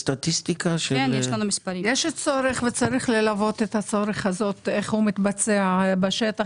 יש צורך שצריך לראות איך הוא מתבצע בשטח.